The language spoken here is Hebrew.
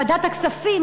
ועדת הכספים,